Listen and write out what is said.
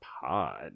pod